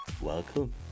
Welcome